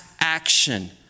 action